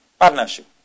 Partnership